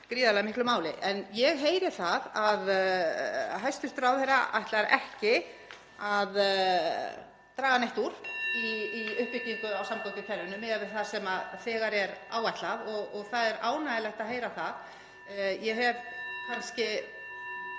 gríðarlega miklu máli. En ég heyri það að hæstv. ráðherra ætlar ekki að draga neitt úr í uppbyggingu (Forseti hringir.) á samgöngukerfinu miðað við það sem þegar er áætlað og það er ánægjulegt að heyra það. Ég hef kannski